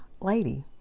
lady